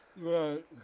Right